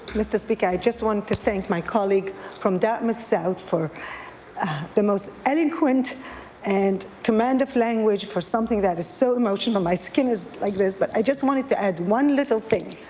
mr. speaker, i just wanted to thank my colleague from dartmouth south for the most eloquent and command of language for something that is so emotional, my skin is like this but i just wanted to add one little thing.